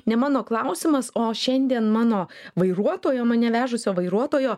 ne mano klausimas o šiandien mano vairuotojo mane vežusio vairuotojo